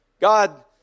God